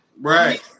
Right